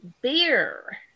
beer